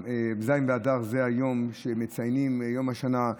ז' באדר זה היום שבו מציינים את יום השנה.